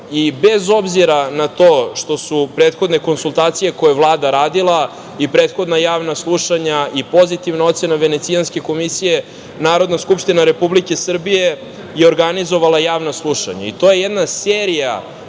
obzira na to što su prethodne konsultacije koje je Vlada radila i prethodna javna slušanja i pozitivna ocena Venecijanske komisije, Narodna skupština Republike Srbije je organizovala javno slušanje. To je jedna serija